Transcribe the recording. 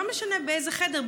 לא משנה באיזה חדר,